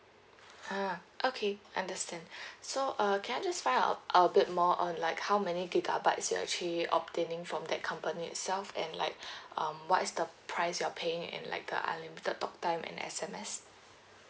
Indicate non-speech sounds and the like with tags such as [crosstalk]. ah okay understand [breath] so uh can I just find out a a bit more on like how many gigabytes you're actually obtaining from that company itself and like [breath] um what is the price you are paying and like the unlimited talktime and S_M_S